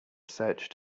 searched